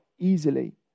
easily